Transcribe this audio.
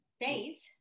date